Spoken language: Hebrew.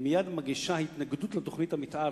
היא מייד מגישה התנגדות לתוכנית המיתאר,